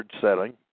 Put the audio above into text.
setting